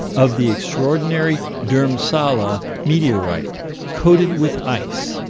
of the extraordinary dhurmsalla meteorite coated with ice.